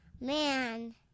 man